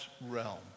realm